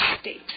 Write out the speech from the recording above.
state